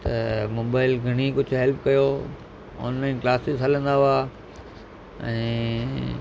त मोबाइल घणेई कुझु हेल्प कयो ऑनलाइन क्लासिस हलंदा हुआ ऐं